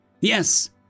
Yes